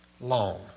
long